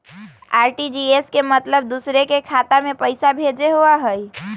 RTGS के मतलब दूसरे के खाता में पईसा भेजे होअ हई?